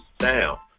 sound